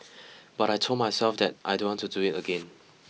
but I told myself that I don't want to do it again